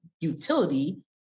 utility